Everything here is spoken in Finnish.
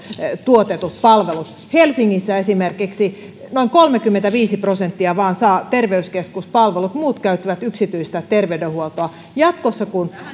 tuotetut palvelut helsingissä esimerkiksi vain noin kolmekymmentäviisi prosenttia saa terveyskeskuspalvelut muut käyttävät yksityistä terveydenhuoltoa jatkossa kun